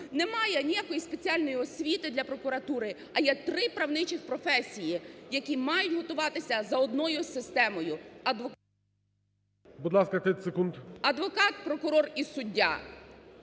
немає ніякої спеціальної освіти для прокуратури, а є три правничих професії, які мають готуватися за одною системою… ГОЛОВУЮЧИЙ. Будь